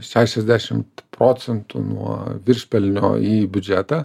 šešiasdešimt procentų nuo viršpelnio į biudžetą